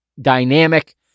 dynamic